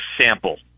sample